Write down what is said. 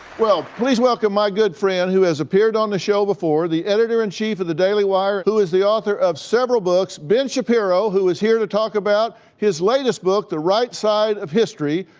well, please welcome my good friend who has appeared on the show before, the editor-in-chief of the daily wire, who is the author of several books, ben shapiro, who is here to talk about his latest book, the right side of history,